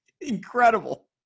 Incredible